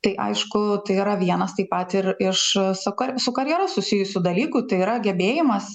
tai aišku tai yra vienas taip pat ir iš su ka su karjera susijusių dalykų tai yra gebėjimas